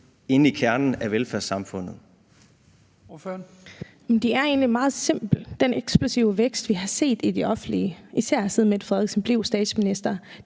Ordføreren. Kl. 13:36 Sólbjørg Jakobsen (LA): Det er egentlig meget simpelt. Den eksplosive vækst, vi har set i det offentlige, især siden Mette Frederiksen blev statsminister,